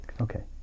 Okay